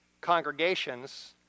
congregations